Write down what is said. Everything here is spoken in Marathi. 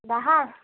दहा